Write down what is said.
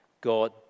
God